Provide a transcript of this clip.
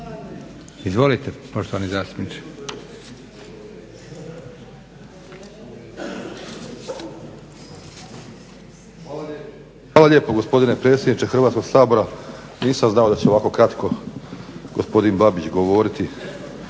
**Grubišić, Boro (HDSSB)** Hvala lijepo gospodine predsjedniče Hrvatskog sabora. Nisam znao da će ovako kratko gospodin Babić govoriti,